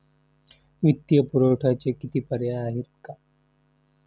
वित्तीय पुरवठ्याचे किती पर्याय आहेत का?